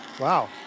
Wow